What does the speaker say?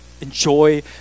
enjoy